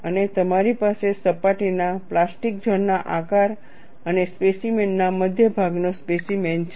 અને તમારી પાસે સપાટીના પ્લાસ્ટિક ઝોન ના આકાર અને સ્પેસીમેનના મધ્ય વિભાગનો સ્પેસીમેન છે